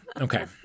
Okay